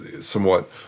somewhat